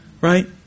right